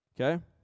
Okay